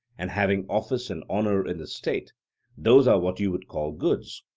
and having office and honour in the state those are what you would call goods?